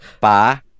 Pa